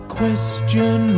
question